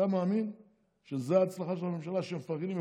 אתה מאמין שזו הצלחה של ממשלה, שמפרגנים?